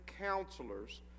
counselors